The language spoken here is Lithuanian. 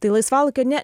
tai laisvalaikio ne